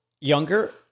younger